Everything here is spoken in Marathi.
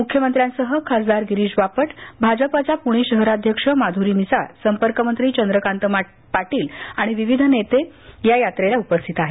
मुख्यमंत्र्यांसह खासदार गिरीश बापट भाजपाच्या पुणे शहराध्यक्ष माधुरी मिसाळ संपर्कमंत्री चंद्रकांत पाटील आणि विविध नेते यात्रेला उपस्थित आहेत